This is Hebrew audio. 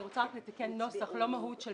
אני רוצה לתקן נוסח ולא מהות.